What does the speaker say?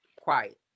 quiet